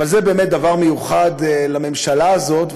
אבל זה באמת דבר מיוחד לממשלה הזאת,